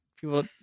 people